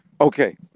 Okay